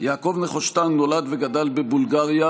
החוק הנורבגי,